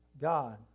God